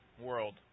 world